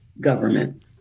government